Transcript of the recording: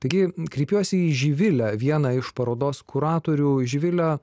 taigi kreipiuosi į živilę vieną iš parodos kuratorių živile